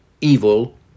evil